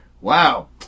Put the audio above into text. wow